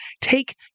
take